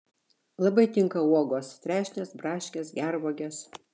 labai tinka uogos trešnės braškės gervuogės